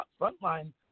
frontline